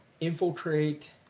infiltrate